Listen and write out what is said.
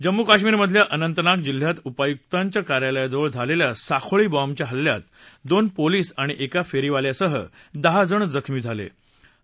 जम्मू काश्मीरमधल्या अनंतनाग जिल्ह्यात उपायुकांच्या कार्यालयाजवळ झालेल्या साखोळी बॉम्बच्या हल्ल्यात दोन पोलीस आणि एक फेरीवाल्यासह दहा जण जखमी झाले आहेत